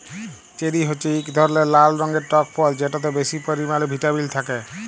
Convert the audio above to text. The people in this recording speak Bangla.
চেরি হছে ইক ধরলের লাল রঙের টক ফল যেটতে বেশি পরিমালে ভিটামিল থ্যাকে